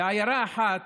בעיירה אחת